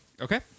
Okay